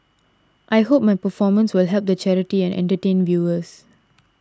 I hope my performance will help the charity and entertain viewers